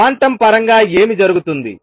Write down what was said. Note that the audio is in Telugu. క్వాంటం పరంగా ఏమి జరుగుతుంది